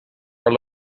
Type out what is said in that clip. are